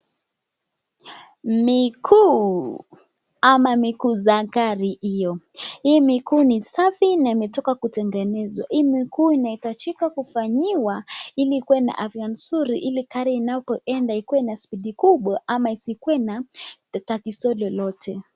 Miguu ama miguu za gari hio. Hii miguu ni safi na imetoka kutengenezwa, hii miguu inahitajika kufanyiwa ili ikuwe na afya nzuri ili gari inapoenda ikuwe na (speed) kubwa ama isikue na tatizo lolote.